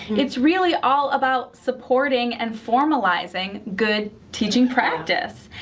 it's really all about supporting and formalizing good teaching practice.